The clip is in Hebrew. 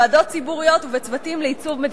ועדות ציבוריות וצוותים לעיצוב מדיניות לאומית.